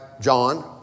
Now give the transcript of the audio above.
John